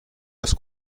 das